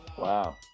Wow